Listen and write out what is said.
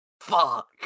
fuck